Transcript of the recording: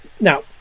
Now